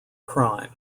crime